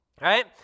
right